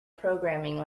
programming